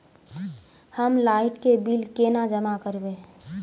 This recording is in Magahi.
हम लाइट के बिल केना जमा करबे?